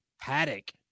Paddock